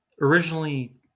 originally